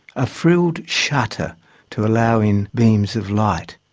a frilled shutter to allow in beams of light.